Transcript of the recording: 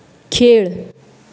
खेळ